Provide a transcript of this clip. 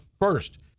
first